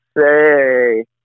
say